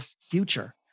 future